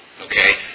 Okay